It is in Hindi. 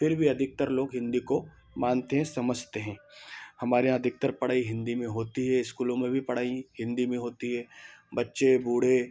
फिर भी अधिकतर लोग हिंदी को मानते हैं समझते हैं हमारे यहाँ अधिकतर पढ़ाई हिंदी में होती है स्कूलों में भी पढ़ाई हिंदी में होती है बच्चे बूढ़े